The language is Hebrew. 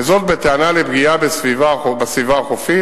וזאת בטענה על פגיעה בסביבה החופית,